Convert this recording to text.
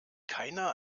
keiner